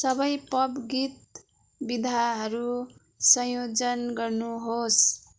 सबै पप गीत विधाहरू संयोजन गर्नुहोस्